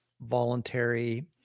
voluntary